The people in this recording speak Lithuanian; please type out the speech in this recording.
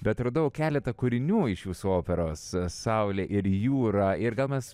bet radau keletą kūrinių iš jūsų operos saulė ir jūra ir gal mes